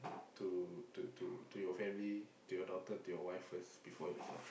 to to to to your family to your daughter to your wife first before yourself